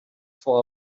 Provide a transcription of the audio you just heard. for